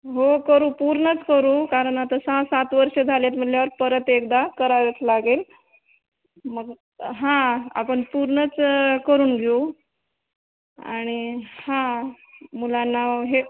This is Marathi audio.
हो करू पूर्णच करू कारण आता सहा सात वर्षं झाली आहेत म्हणल्यावर परत एकदा करायलाच लागेल मग हां आपण पूर्णच करून घेऊ आणि हां मुलांनाव हे